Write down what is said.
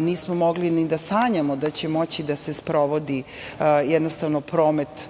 nismo mogli ni da sanjamo da će moći da se sprovodi promet